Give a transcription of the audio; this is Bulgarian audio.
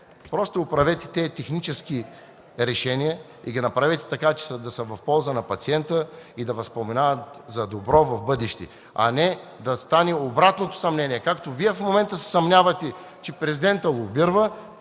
но оправете тези технически решения и ги направете така, че да са в полза на пациента и да Ви споменават за добро в бъдеще. А не да стане обратното съмнение и както Вие в момента се съмнявате, че президентът лобира,